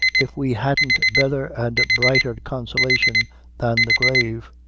if we hadn't betther and brighter consolation than the grave.